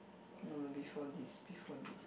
no no before this before this